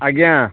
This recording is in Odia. ଆଜ୍ଞା